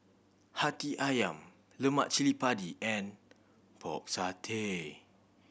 Hati Ayam Lemak Cili Padi and Pork Satay